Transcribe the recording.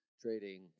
trading